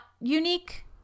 unique